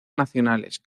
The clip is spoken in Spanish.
nacionales